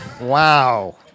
Wow